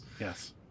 yes